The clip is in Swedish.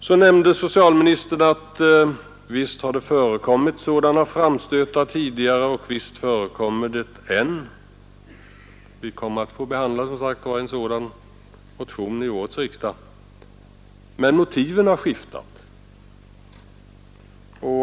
Då nämnde socialministern att visst har det förekommit sådana framstötar tidigare, och visst förekommer det nu också — vi kommer för övrigt att få behandla en motion i det ärendet vid årets riksdag — men motiven har skiftat.